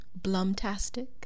Blumtastic